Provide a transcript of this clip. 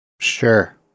Sure